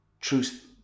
truth